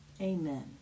Amen